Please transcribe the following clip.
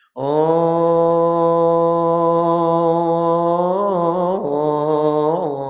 oh